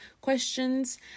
questions